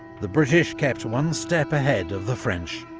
the british kept one step ahead of the french.